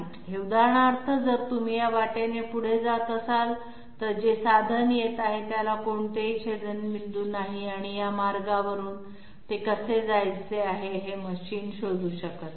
हे उदाहरणार्थ जर तुम्ही या वाटेने पुढे जात असाल तर जे साधन येत आहे त्याला कोणतेही छेदनपॉईंट नाही आणि या मार्गावरून ते कसे जायचे आहे हे मशीन शोधू शकत नाही